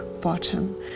bottom